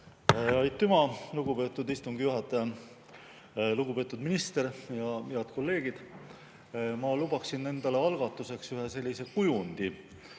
Aitüma, lugupeetud istungi juhataja! Lugupeetud minister ja head kolleegid! Ma luban endale algatuseks ühe kujundi: